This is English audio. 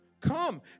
Come